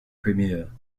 premier